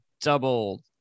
double